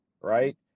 right